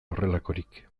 horrelakorik